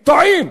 טועים,